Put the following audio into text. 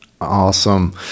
Awesome